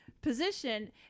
Position